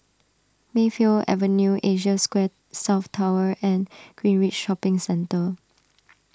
Mayfield Avenue Asia Square South Tower and Greenridge Shopping Centre